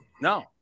no